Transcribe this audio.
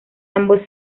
ambos